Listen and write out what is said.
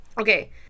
Okay